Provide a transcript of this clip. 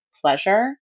pleasure